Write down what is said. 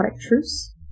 truce